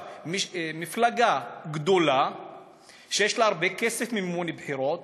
מפלגה גדולה שיש לה הרבה כסף למימון בחירות,